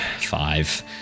five